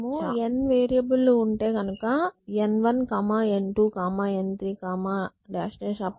మనము n variable లు ఉంటె కనుక N1 N2 N3